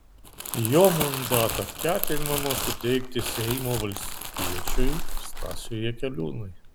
jo mandatą ketinama suteikti seimo valstiečiui stasiui jakeliūnui